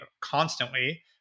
constantly